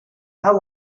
how